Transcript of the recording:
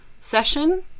session